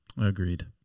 Agreed